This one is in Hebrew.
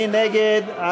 מי נגד?